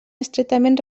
estretament